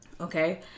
Okay